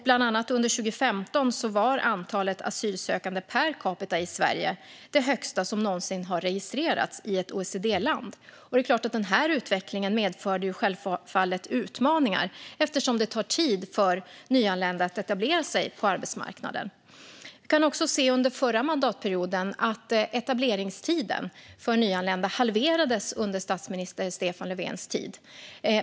Bland annat under 2015 var antalet asylsökande per capita i Sverige det högsta som någonsin har registrerats i ett OECD-land. Den här utvecklingen medförde självfallet utmaningar eftersom det tar tid för nyanlända att etablera sig på arbetsmarknaden. Vi kan se att under förra mandatperioden, under statsminister Stefan Löfvens tid, halverades etableringstiden för nyanlända.